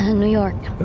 new york.